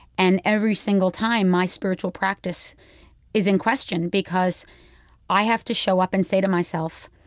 and every single time, my spiritual practice is in question because i have to show up and say to myself,